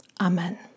Amen